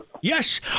Yes